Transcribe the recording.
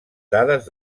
dades